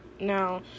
Now